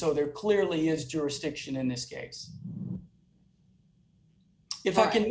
so there clearly is jurisdiction in this case if i can